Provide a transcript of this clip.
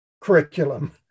curriculum